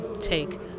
take